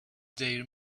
their